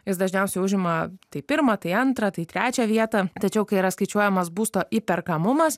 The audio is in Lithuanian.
jis dažniausiai užima tai pirmą tai antrą tai trečią vietą tačiau kai yra skaičiuojamas būsto įperkamumas